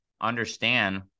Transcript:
understand